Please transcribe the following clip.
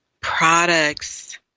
products